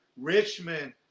Richmond